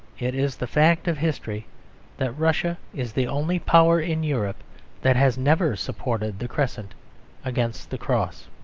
it is the fact of history that russia is the only power in europe that has never supported the crescent against the cross.